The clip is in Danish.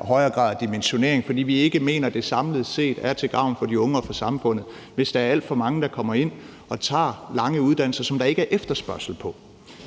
højere grad af dimensionering, fordi vi ikke mener, at det samlet set er til gavn for de unge og for samfundet, hvis der er alt for mange, der kommer ind og tager lange uddannelser, der ikke er efterspørgsel på.